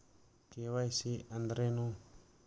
KYC ಅಂದ್ರೇನು?